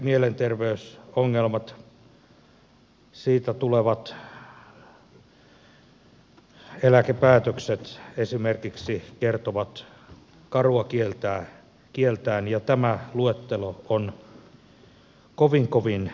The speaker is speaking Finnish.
nuortemme mielenterveysongelmat niistä tulevat eläkepäätökset esimerkiksi kertovat karua kieltään ja tämä luettelo on kovin kovin pitkä